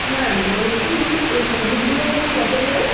হ্যাঁ বলছি এই প্রদীপগুলো এখানে কত করে